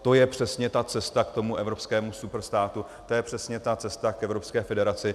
To je přesně cesta k tomu evropskému superstátu, to je přesně cesta k evropské federaci.